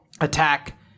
attack